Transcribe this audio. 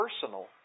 personal